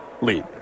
lead